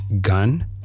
Gun